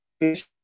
fish